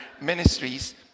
Ministries